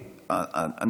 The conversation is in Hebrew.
בסוף,